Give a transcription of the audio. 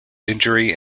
injury